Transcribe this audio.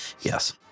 Yes